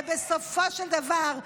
ובסופו של דבר,